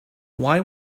why